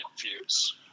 views